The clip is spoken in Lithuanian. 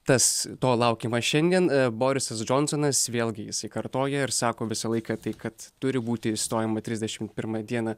tas to laukiama šiandien borisas džonsonas vėlgi jisai kartoja ir sako visą laiką tai kad turi būti išstojama trisdešimt pirmą dieną